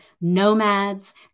nomads